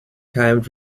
times